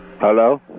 Hello